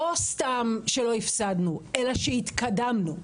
לא סתם שלא הפסדנו אלא שהתקדמנו,